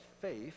faith